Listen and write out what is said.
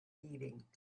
eating